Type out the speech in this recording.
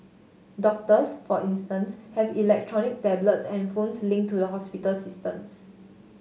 doctors for instance have electronic tablets and phones linked to the hospital systems